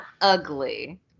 ugly